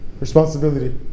responsibility